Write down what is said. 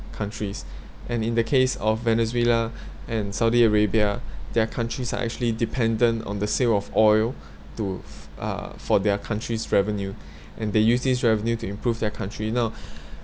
countries and in the case of venezuela and saudi arabia their countries are actually dependent on the sale of oil to f~ uh for their countries revenue and they use this revenue to improve their countries now